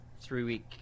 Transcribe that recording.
three-week